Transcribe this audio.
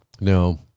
No